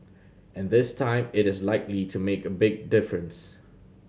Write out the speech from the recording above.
and this time it is likely to make a big difference